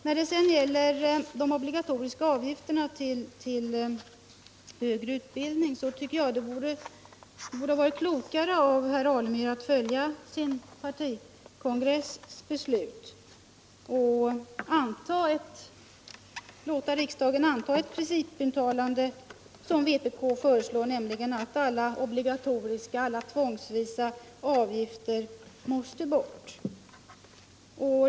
När det gäller de obligatoriska avgifterna till högre utbildning tycker jag det borde ha varit klokare av herr Alemyr att följa sin partikongress beslut och låta riksdagen anta ett principuttalande, som vpk föreslår, nämligen att alla obligatoriska, tvångsmässiga, avgifter måste bort.